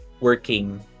working